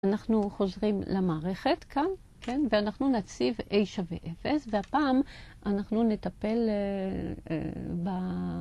אנחנו חוזרים למערכת כאן, כן? ואנחנו נציב A שווה אפס והפעם אנחנו נטפל ב...